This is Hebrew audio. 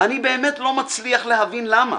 אני באמת לא מצליח להבין למה